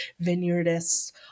vineyardists